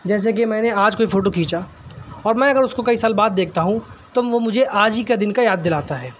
جیسے کہ میں نے آج کوئی فوٹو کھینچا اب میں اگر اس کو کئی سال بعد دیکھتا ہوں تو وہ مجھے آج ہی کا دن کا یاد دلاتا ہے